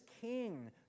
king